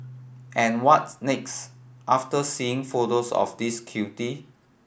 and what's next after seeing photos of this cutie